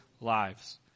lives